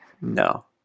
No